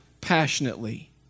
passionately